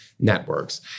networks